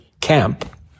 camp